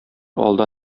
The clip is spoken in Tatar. алда